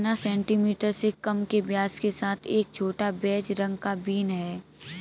चना सेंटीमीटर से कम के व्यास के साथ एक छोटा, बेज रंग का बीन है